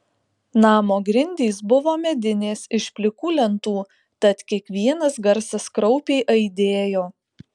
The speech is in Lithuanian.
namo grindys buvo medinės iš plikų lentų tad kiekvienas garsas kraupiai aidėjo